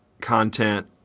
content